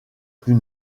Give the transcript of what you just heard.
plus